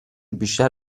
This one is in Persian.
بیشتر